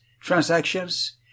transactions